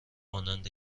مانند